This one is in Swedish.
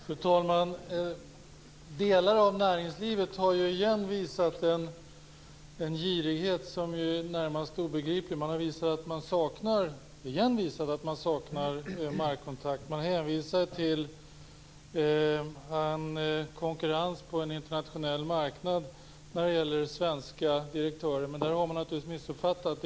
Fru talman! Delar av näringslivet har igen visat en girighet som är närmast obegriplig. Man har igen visat att man saknar markkontakt. Man hänvisar till konkurrens på en internationell marknad när det gäller svenska direktörer. Det har man naturligtvis missuppfattat.